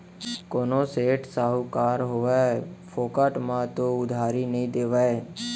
कोनो सेठ, साहूकार होवय फोकट म तो उधारी नइ देवय